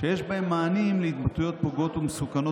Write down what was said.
שיש בהם מענים להתבטאויות פוגעות ומסוכנות